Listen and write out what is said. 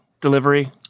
delivery